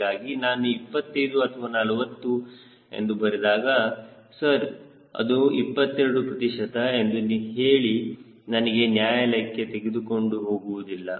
ಹೀಗಾಗಿ ನಾನು 25 ಅಥವಾ 40 ಎಂದು ಬರೆದಾಗ ಸರ್ ಅದು 22 ಪ್ರತಿಶತ ಎಂದು ಹೇಳಿ ನನಗೆ ನ್ಯಾಯಾಲಯಕ್ಕೆ ತೆಗೆದುಕೊಂಡು ಹೋಗುವುದಿಲ್ಲ